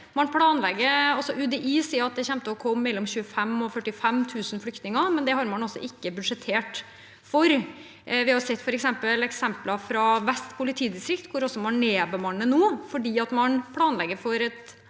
UDI sier at det kommer til å komme mellom 25 000 og 45 000 flyktninger, men det har man altså ikke budsjettert for. Vi har sett eksempler fra Vest politidistrikt, hvor man nå nedbemanner fordi man planlegger for et